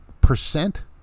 percent